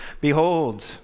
behold